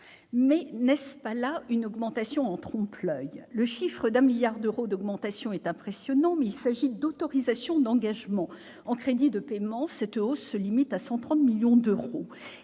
Mais n'est-ce pas là une augmentation en trompe-l'oeil ? Le chiffre de 1 milliard d'euros d'augmentation est impressionnant, mais il s'agit d'autorisations d'engagement. En crédits de paiement, cette hausse se limite à 130 millions d'euros.